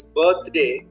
birthday